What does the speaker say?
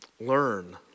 learn